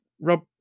Rob